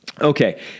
Okay